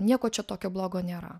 nieko čia tokio blogo nėra